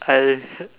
I